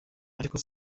ariko